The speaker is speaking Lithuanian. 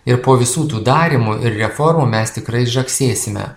ir po visų tų darymų ir reformų mes tikrai žagsėsime